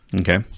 Okay